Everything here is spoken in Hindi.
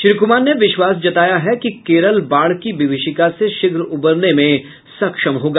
श्री कुमार ने विश्वास जताया है कि केरल बाढ़ की विभीषिका से शीघ्र उबरने में सक्षम होगा